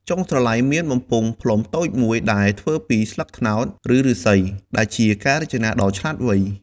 ចុងស្រឡៃមានបំពង់ផ្លុំតូចមួយដែលធ្វើពីស្លឹកត្នោត ឬឫស្សី ដែលជាការរចនាដ៏ឆ្លាតវៃ។